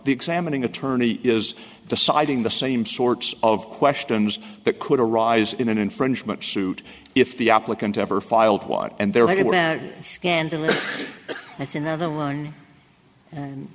the examining attorney is deciding the same sorts of questions that could arise in an infringement suit if the applicant ever filed one and there